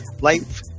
Life